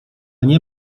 nie